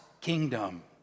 kingdom